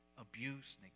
abuse